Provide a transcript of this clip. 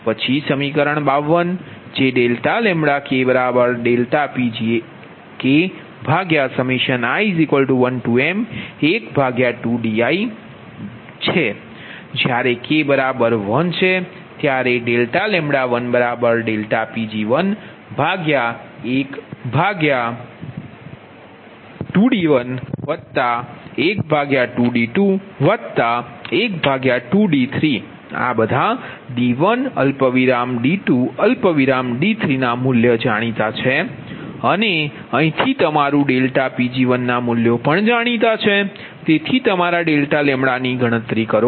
પછી સમીકરણ 52 જે ∆Pgi1m12diPgi1312di છે જ્યારે k 1 છે ત્યારે ∆Pg12d112d212d3 આ બધા d1 d2 d3 મૂલ્ય જાણીતા છે અને અહીંથી તમારું Pg ના મૂલ્યો જાણીતા છે તેથી તમારા ∆λ ની ગણતરી કરો